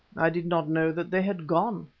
i did not know that they had gone,